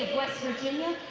west virginia,